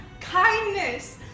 Kindness